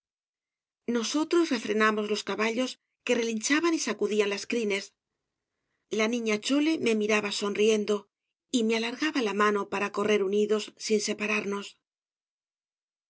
nosotros refrenamos los caballos que relinchaban y sacudían las crines la niña chole me miraba sonriendo y me alargaba la mano para correr unidos sin separarnos